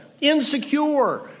insecure